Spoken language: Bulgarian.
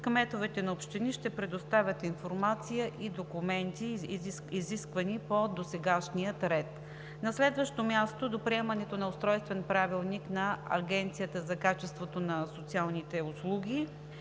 кметовете на общини ще предоставят информация и документи, изисквани по досегашния ред. На следващо място – до приемането на Устройствения правилник на Агенцията за качеството на социалните услуги